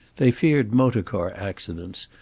they feared motor car accidents,